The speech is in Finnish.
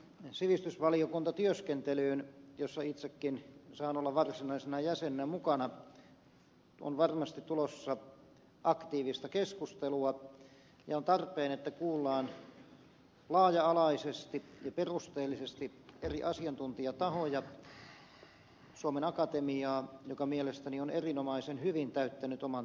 sivistysvaliokuntaan jossa itsekin saan olla varsinaisena jäsenenä mukana on varmasti tulossa aktiivista keskustelua ja on tarpeen että kuullaan laaja alaisesti ja perusteellisesti eri asiantuntijatahoja suomen akatemiaa joka mielestäni on erinomaisen hyvin täyttänyt oman tehtävänsä